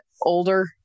older